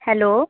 hello